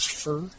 fur